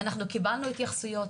קיבלנו התייחסויות,